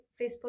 Facebook